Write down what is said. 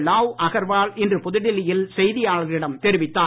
லாவ் அகர்வால் இன்று புதுடில்லி யில் செய்தியாளர்களடம் தெரிவித்தார்